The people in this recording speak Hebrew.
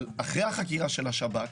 אבל אחרי החקירה של השב"כ,